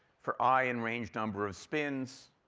for i and range number of spins,